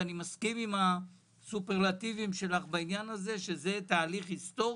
ואני מסכים עם הסופרלטיבים שלך שזה תהליך היסטורי.